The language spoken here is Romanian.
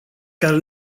care